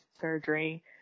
surgery